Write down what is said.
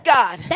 God